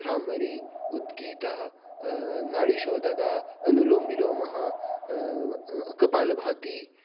भ्रामरी उद्गीतः नाडीशोधकः अनुलोमविलोमः कपालभातिः